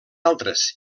altres